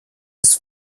his